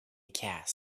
cast